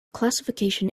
classification